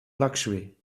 luxury